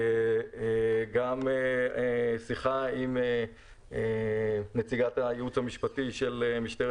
גם שיחה עם נציגת הייעוץ המשפטי של משטרת